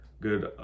good